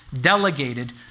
delegated